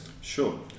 Sure